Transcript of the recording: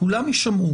כולם יישמעו